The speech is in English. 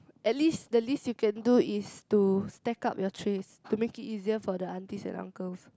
at least the least you can do is to stack up your trays to make it easier for the aunties and uncles